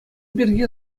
пирки